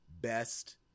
Best